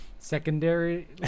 secondary